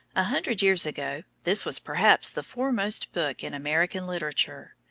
a hundred years ago, this was perhaps the foremost book in american literature.